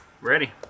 Ready